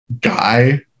guy